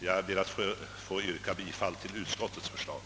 Jag ber att få yrka bifall till utskottets förslag.